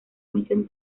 misión